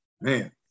man